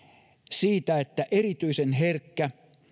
siitä että erityisen herkkä